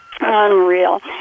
Unreal